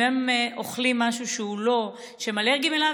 אם הם אוכלים משהו שהם אלרגיים אליו,